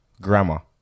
Grammar